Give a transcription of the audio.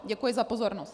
Děkuji za pozornost.